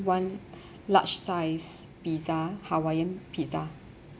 one large size pizza hawaiian pizza